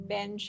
Ben